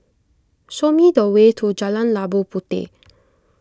show me the way to Jalan Labu Puteh